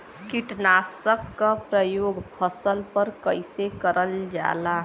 कीटनाशक क प्रयोग फसल पर कइसे करल जाला?